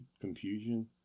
confusion